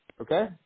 Okay